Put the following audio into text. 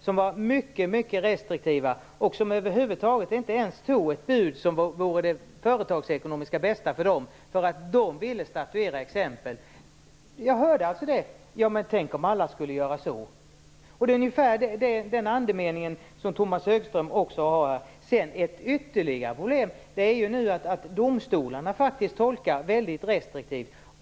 De var mycket restriktiva och tog inte ens det bud som företagsekonomiskt vore det bästa för dem. De ville statuera exempel. Jag hörde dem säga: "Tänk om alla skulle göra så!". Tomas Högström uttrycker ungefär samma andemening. Ett ytterligare problem är att domstolarna tolkar väldigt restriktivt.